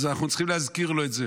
אז אנחנו צריכים להזכיר לו את זה.